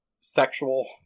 sexual